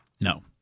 No